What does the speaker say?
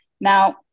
Now